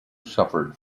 suffered